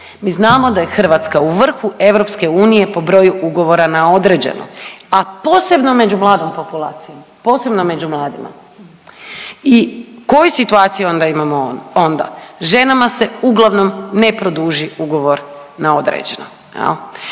Mi znamo da je Hrvatska u vrhu EU po broju ugovora na određeno, a posebno među mladom populacijom, posebno među mladima. I koju situaciju onda imamo onda? Ženama se uglavnom ne produži ugovor na određeno